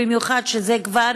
במיוחד שזה כבר